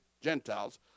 Gentiles